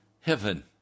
heaven